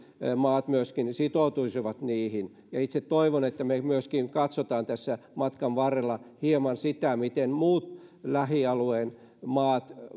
maat myöskin sitoutuisivat niihin ja itse toivon että me myöskin katsomme tässä matkan varrella hieman sitä miten muut lähialueen maat